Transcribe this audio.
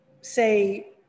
say